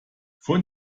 von